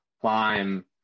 climb